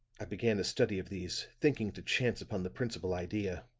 i began a study of these, thinking to chance upon the principal idea.